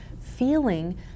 feeling